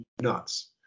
nuts